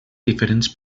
diferents